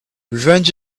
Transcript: revenge